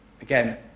Again